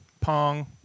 Pong